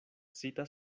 citas